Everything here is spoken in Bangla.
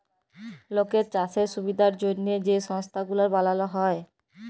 লকের চাষের সুবিধার জ্যনহে যে সংস্থা গুলা বালাল হ্যয়